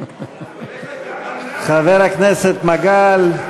חבר הכנסת מגל,